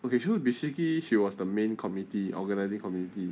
okay so basically she was the main committee organising committee